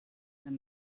and